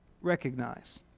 recognize